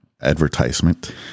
advertisement